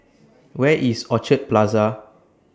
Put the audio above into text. Where IS Orchid Plaza